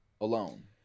alone